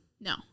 No